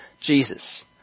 Jesus